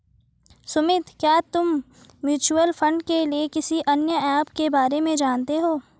सुमित, क्या तुम mutual fund के लिए किसी अन्य ऐप के बारे में जानते हो?